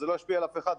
זה לא ישפיע על אף אחד,